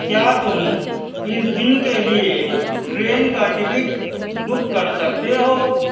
کیا تم اس دن کے لیے ٹرین کا ٹکٹ بک کر سکتے ہو